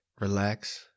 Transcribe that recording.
relax